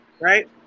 Right